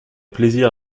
plaisir